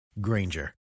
Granger